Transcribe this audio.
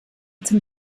zum